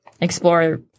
explore